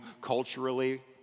culturally